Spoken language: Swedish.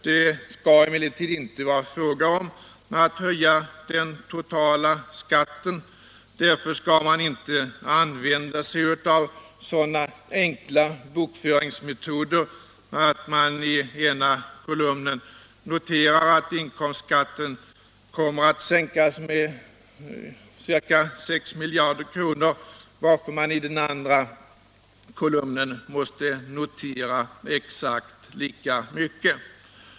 Det skall emellertid inte vara fråga om att höja den totala skatten. Därför skall man inte använda sig av sådana enkla bokföringsmetoder att man i ena kolumnen noterar att inkomstskatten kommer att sänkas med ca 6 miljarder kronor, varpå man i den andra kolumnen måste notera exakt lika mycket.